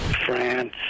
France